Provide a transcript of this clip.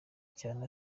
cyane